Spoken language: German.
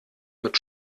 mit